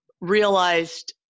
realized